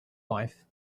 life